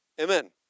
Amen